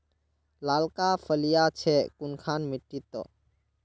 लालका फलिया छै कुनखान मिट्टी त?